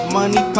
money